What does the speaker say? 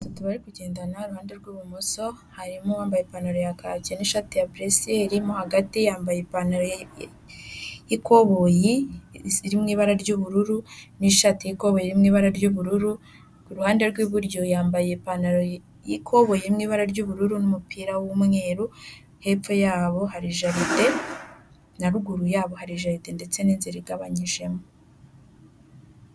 Abantu batatu bari kugendana uruhande rw'ibumoso harimo wambaye ipantaro ya kake n'ishati ya buresiyeri, mo hagati yambaye ipantaro y'ikoboyi iri mu ibara ry'ubururu n'ishati y'ikoboyi iri mu ibara ry'ubururu, ku ruhande rw'iburyo yambaye ipantaro y'ikoboyi mu ibara ry'ubururu n'umupira w'umweru, hepfo yabo hari jaride na ruguru yabo hari jaride ndetse n'inzira igabanyijemo.